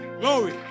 glory